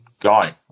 guy